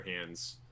hands